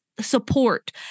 support